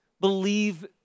believe